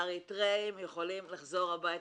האריתריאים יכולים לחזור הביתה.